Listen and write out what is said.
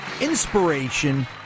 inspiration